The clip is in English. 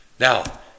Now